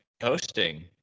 hosting